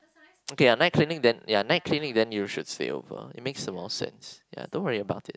okay lah night cleaning then ya night cleaning then you should stay over makes some more sense ya don't worry about it